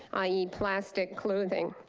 i e. plastic clothing.